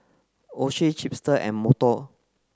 Oishi Chipster and Modot